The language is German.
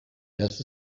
das